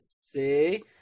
See